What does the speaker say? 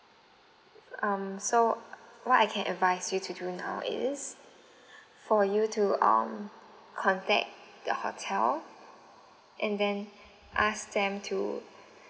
um so what I can advise you to do now is for you to um contact your hotel and then ask them to